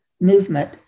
movement